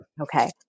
Okay